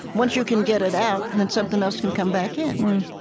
once you can get it out, then something else can come back in.